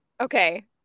okay